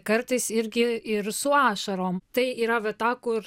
kartais irgi ir su ašarom tai yra vieta kur